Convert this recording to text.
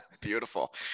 Beautiful